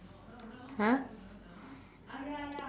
!huh!